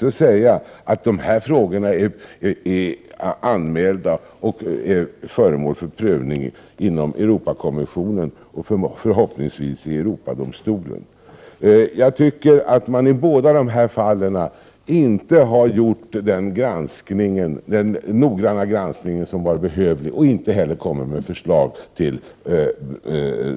Dessa frågor är dock anmälda och föremål för prövning inom Europakommissionen och förhoppningsvis så småningom även i Europadomstolen. Jag tycker att man i båda dessa fall inte har genomfört den noggranna granskning som var behövlig, och man har inte heller kommit med förslag till